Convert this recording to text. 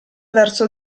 verso